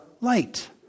light